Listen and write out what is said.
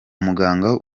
muganga